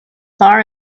far